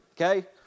okay